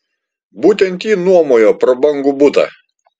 būtent ji nuomojo prabangų butą